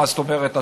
מה זאת אומרת?